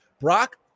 Brock